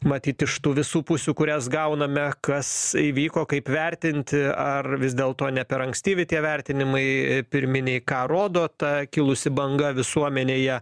matyt iš tų visų pusių kurias gauname kas įvyko kaip vertinti ar vis dėlto ne per ankstyvi tie vertinimai pirminiai ką rodo ta kilusi banga visuomenėje